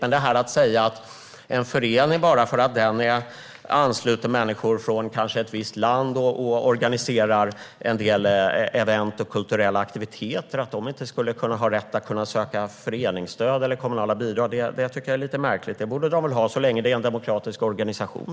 Men att säga att en förening inte skulle ha rätt att söka föreningsstöd eller kommunala bidrag bara för att den ansluter människor från ett visst land och organiserar en del event och kulturella aktiviteter tycker jag är lite märkligt. Den rätten tycker jag att de borde ha så länge det är en demokratisk organisation.